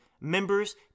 members